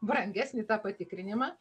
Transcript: brangesnį tą patikrinimą